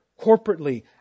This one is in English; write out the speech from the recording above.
corporately